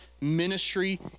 ministry